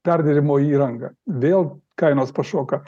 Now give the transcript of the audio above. perdirbimo įranga vėl kainos pašoka